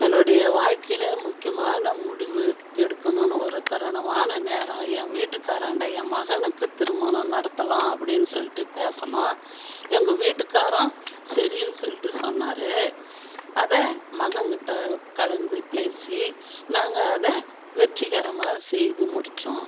என்னுடைய வாழ்க்கையில் முக்கியமான முடிவு எடுக்கணும்னு ஒரு தருணமான நேரம் என் வீட்டுக்காராண்ட என் மகனுக்கு திருமணம் நடத்தலாம் அப்படின்னு சொல்லிட்டு சொன்னோம் எங்கள் வீட்டுக்காரும் சரின்னு சொல்லிட்டு சொன்னாரு அதை மகங்கிட்ட கலந்து பேசி நாங்கள் அதை வெற்றிகரமாக செய்து முடித்தோம்